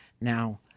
Now